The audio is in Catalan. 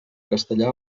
castellà